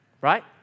Right